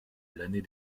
l’année